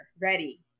ready